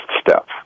step